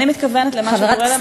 אני מתכוונת למה שקורה,